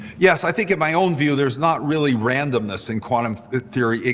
yes. i think in my own view, there's not really randomness in quantum theory,